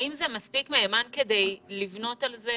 האם זה מספיק מהימן כדי לבנות על זה